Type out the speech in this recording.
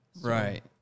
Right